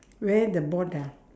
where the board ah